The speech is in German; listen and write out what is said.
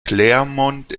claremont